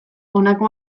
honako